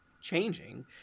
changing